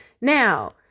Now